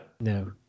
No